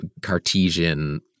Cartesian